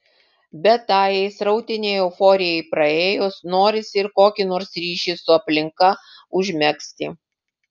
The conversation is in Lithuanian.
bet tajai srautinei euforijai praėjus norisi ir kokį nors ryšį su aplinka užmegzti